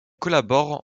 collabore